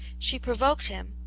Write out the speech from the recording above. she provoked him,